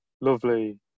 lovely